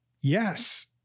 Yes